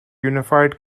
unified